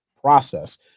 process